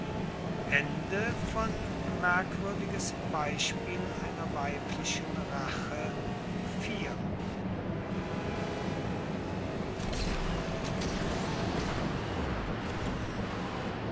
merkwürdiges beispiel einer weiblichen rache